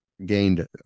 gained